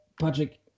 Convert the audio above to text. Patrick